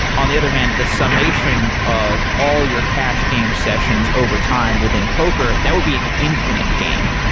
on the other hand, the summation of all your cash game sessions over time within poker, that would be an infinite game.